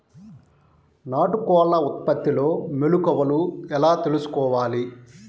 నాటుకోళ్ల ఉత్పత్తిలో మెలుకువలు ఎలా తెలుసుకోవాలి?